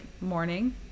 morning